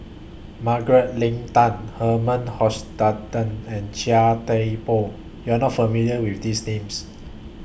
Margaret Leng Tan Herman Hochstadt and Chia Thye Poh YOU Are not familiar with These Names